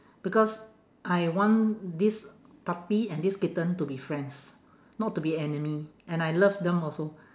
because I want this puppy and this kitten to be friends not to be enemy and I love them also